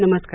नमस्कार